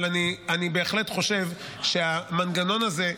אבל אני בהחלט חושב שהמנגנון הזה,